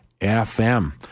FM